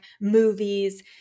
movies